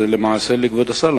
זה למעשה לכבוד השר,